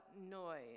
noise